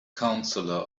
counselor